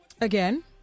Again